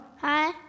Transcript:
Hi